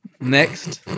Next